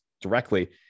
directly